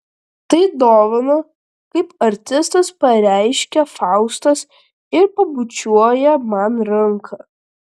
tai dovana kaip artistas pareiškia faustas ir pabučiuoja man ranką